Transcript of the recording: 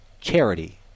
charity